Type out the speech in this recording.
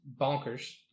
bonkers